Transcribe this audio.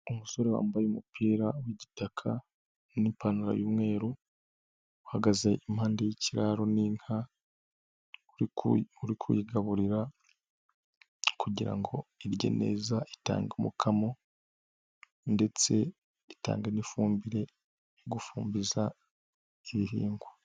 Umusore wambaye umupira w'igitaka n'ipantaro y'umweru, uhagaze impande y'ikiraro n'inka uri kuyigaburira kugira ngo irye neza itange umukamo ndetse itange n'ifumbire yo gufumbiza ibihingwa.